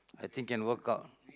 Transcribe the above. I think can work out